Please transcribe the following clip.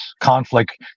conflict